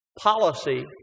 policy